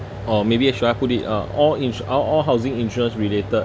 or maybe should I put it uh all ins~ or all housing insurance related